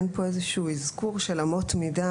אין פה איזה שהוא אזכור של אמות מידה